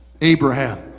Abraham